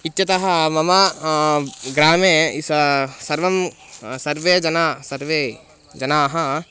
इत्यतः मम ग्रामे इसा सर्वं सर्वे जनाः सर्वे जनाः